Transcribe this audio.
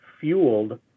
fueled